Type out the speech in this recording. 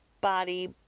body